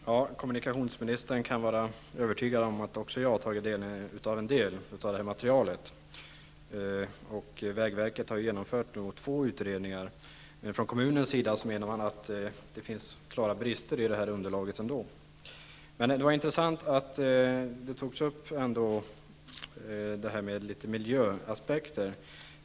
Fru talman! Kommunikationsministern kan vara övertygad om att också jag har tagit del av en del av materialet. Vägverket har genomfört två utredningar. Från kommunens sida menar man att det finns klara brister i underlaget. Det är intressant att miljöaspekterna har tagits upp här.